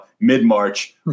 mid-March